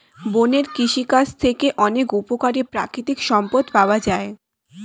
বনের কৃষিকাজ থেকে অনেক উপকারী প্রাকৃতিক সম্পদ পাওয়া যায়